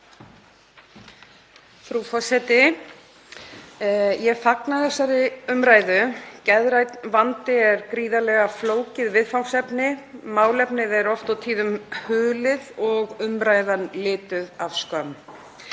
Frú forseti. Ég fagna þessari umræðu. Geðrænn vandi er gríðarlega flókið viðfangsefni. Málefnið er oft og tíðum hulið og umræðan lituð af skömm.